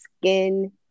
skin